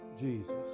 Jesus